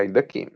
חיידקים